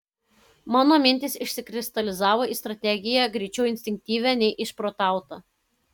mano mintys išsikristalizavo į strategiją greičiau instinktyvią nei išprotautą